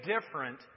different